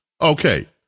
Okay